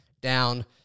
down